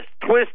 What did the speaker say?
Twist